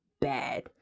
bad